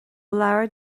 leabhar